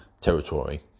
territory